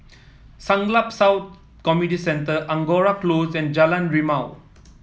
Siglap South Community Centre Angora Close and Jalan Rimau